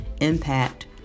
impact